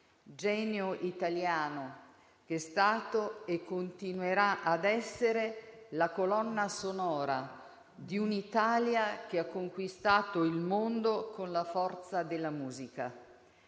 genio italiano che è stato e continuerà a essere la colonna sonora di un'Italia che ha conquistato il mondo con la forza della musica.